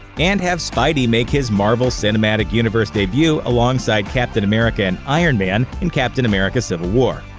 and have spidey make his marvel cinematic universe debut alongside captain america and iron man in captain america civil war.